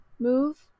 move